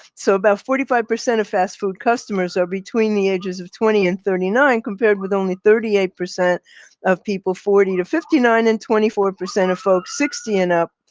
so about forty five percent of fast food customers customers are between the ages of twenty and thirty nine compared with only thirty eight percent of people forty to fifty nine and twenty four percent of folks sixty and up.